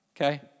Okay